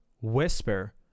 Whisper